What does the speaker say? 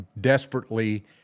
desperately